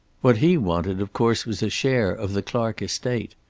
what he wanted, of course, was a share of the clark estate.